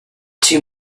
two